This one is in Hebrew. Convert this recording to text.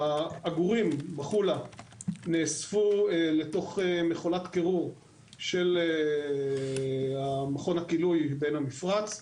העגורים בחולה נאספו לתוך מכולת קירור של המכון בעין המפרץ,